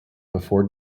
before